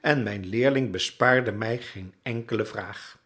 en mijn leerling bespaarde mij geen enkele vraag